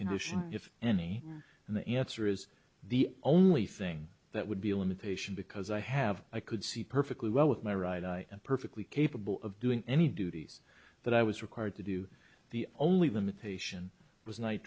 condition if any and the answer is the only thing that would be a limitation because i have i could see perfectly well with my right eye and perfectly capable of doing any duties that i was required to do the only limitation was night